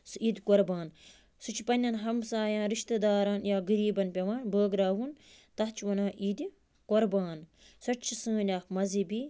سُہ عیٖدِقربان سُہ چھِ پَنٛیٚن ہمسایَن رِشتہ دارَن یا غریٖبَن پٮ۪وان بٲگٕراوُن تَتھ چھِ وَنان عیٖدِقربان سۄتہِ چھےٚ سٲنِۍ اَکھ مزہبی